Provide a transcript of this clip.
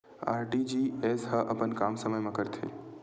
RTGS ह अपन काम समय मा करथे?